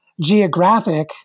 geographic